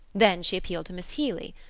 then she appealed to miss healy.